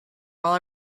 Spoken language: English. while